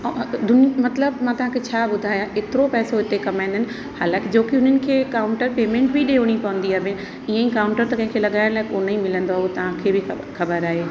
ऐं दूप मतिलब मां तव्हांखे छा ॿुधायां एतिरो पैसो हिते कमाईंदा आहिनि हालांकि जो की हुननि खे काउंटर पेमेंट बि ॾेयणी पवंदी आहे बि ईअ ई काउंटर त कंहिंखे लॻाइण लाइ कोन्ह ई मिलंदो आहे उहो तव्हांखे बि खब ख़बर आहे